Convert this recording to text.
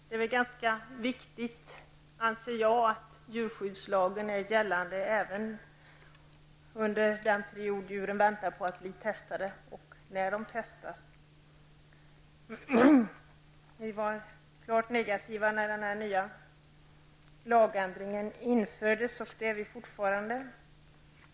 Det är viktigt, anser jag, att djurskyddslagen är gällande även under den period då djuren väntar på att bli testade och när de testas. Vi var klart negativa när lagändringen infördes, och det är vi fortfarande.